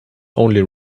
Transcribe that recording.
only